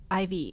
IV